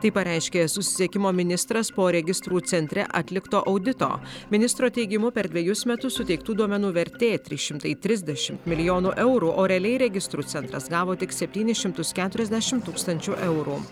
tai pareiškė susisiekimo ministras po registrų centre atlikto audito ministro teigimu per dvejus metus suteiktų duomenų vertė trys šimtai trisdešimt milijonų eurų o realiai registrų centras gavo tik septynis šimtus keturiasdešim tūkstančių eurų